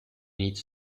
needs